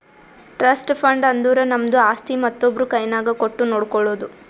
trust fund ಅಂದುರ್ ನಮ್ದು ಆಸ್ತಿ ಮತ್ತೊಬ್ರು ಕೈನಾಗ್ ಕೊಟ್ಟು ನೋಡ್ಕೊಳೋದು